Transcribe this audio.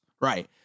Right